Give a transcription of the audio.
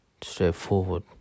straightforward